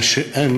מה שאין